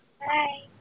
Hi